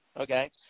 Okay